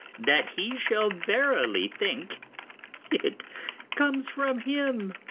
that he shall verily think it comes from him.